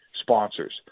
sponsors